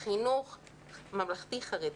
חינוך ממלכתי-חרדי,